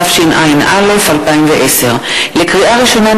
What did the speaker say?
התשע"א 2010. לקריאה ראשונה,